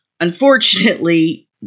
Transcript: unfortunately